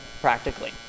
practically